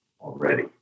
already